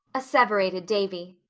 asseverated davy.